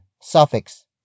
suffix